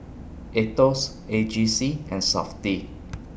Aetos A G C and Safti